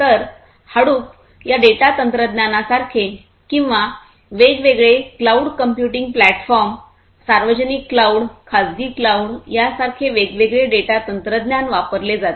तर हाडूप या डेटा तंत्रज्ञाना सारखे किंवा वेगवेगळे क्लाउड कंप्यूटिंग प्लॅटफॉर्म सार्वजनिक क्लाऊड खाजगी क्लाऊड यासारखे वेगवेगळे डेटा तंत्रज्ञान वापरले जाते